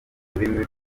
rurimi